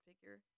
figure